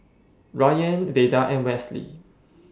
Rayan Veda and Westley